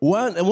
one